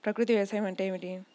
ప్రకృతి వ్యవసాయం అంటే ఏమిటి?